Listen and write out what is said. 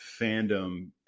fandom